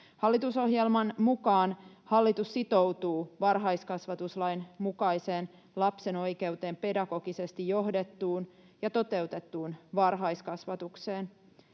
Hallitusohjelman mukaan hallitus sitoutuu varhaiskasvatuslain mukaiseen lapsen oikeuteen pedagogisesti johdettuun ja toteutettuun varhaiskasvatukseen